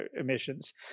emissions